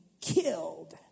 killed